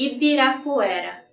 Ibirapuera